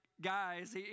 Guys